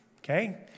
Okay